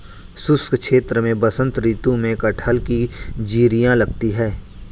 शुष्क क्षेत्र में बसंत ऋतु में कटहल की जिरीयां लगती है